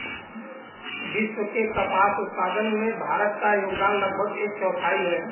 विश्व के कपास उत्पादन में भारत का योगदान लगभग एक चौथाई है